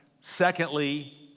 Secondly